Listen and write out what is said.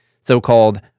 so-called